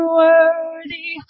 worthy